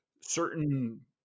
certain